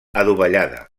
adovellada